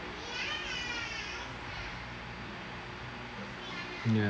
ya